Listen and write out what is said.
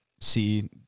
see